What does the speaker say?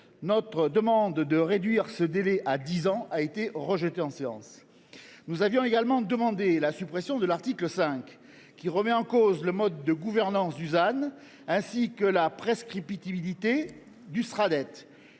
visant à réduire ce délai à dix ans a été rejetée en séance publique. Nous avions également demandé la suppression de l’article 5, qui remet en cause le mode de gouvernance du ZAN, ainsi que la prescriptibilité du Sraddet.